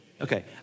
Okay